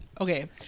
okay